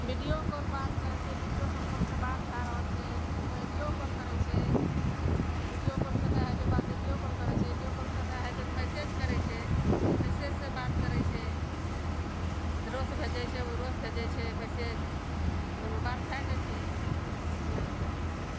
video call बात करै छै वीडियो सब कॉल से बात भए रहल छै कोइ आडियो कॉल करै छै वीडियो कॉल सऽ नहि होइ छै बात तऽ ऑडीओ कॉल करै छै ऑडीओ कॉल सऽ नै होइ छै तऽ मैसेज करै छै मैसेज सऽ बात करै छै इधरो सऽ भेजै छै उधरो सऽ भेजै छै मैसेज ओइमे बात भए जाइ छै मोबाइल सऽ